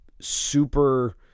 super